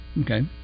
Okay